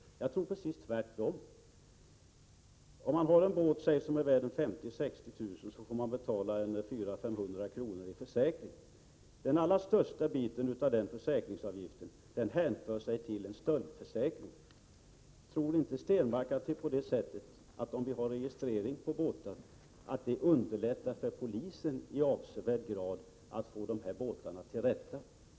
Jag tror att det är precis tvärtom. Om man har en båt som är värd 50 000-60 000 kr., får man betala 400-500 kr. i försäkringspremie om året. Den allra största delen av den försäkringspremien hänför sig till en stöldförsäkring. Tror inte Per Stenmarck att det underlättar för polisen i avsevärd grad att skaffa stulna båtar till rätta, om vi har en registrering av båtar?